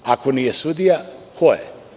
Ako nije sudija, ko je?